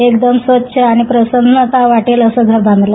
एकदम स्वच्छ आणि प्रसंन्नता वाटेल असे घर बाधंल